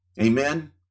Amen